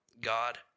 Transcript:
God